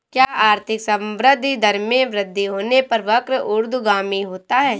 क्या आर्थिक संवृद्धि दर में वृद्धि होने पर वक्र ऊर्ध्वगामी होता है?